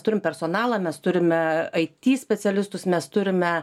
turim personalą mes turime it specialistus mes turime